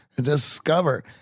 discover